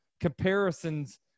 comparisons